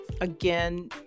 again